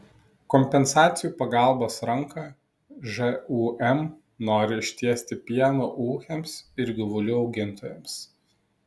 kompensacijų pagalbos ranką žūm nori ištiesti pieno ūkiams ir gyvulių augintojams